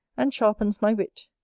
and sharpens my wit.